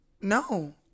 no